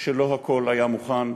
שלא הכול היה מוכן,